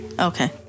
Okay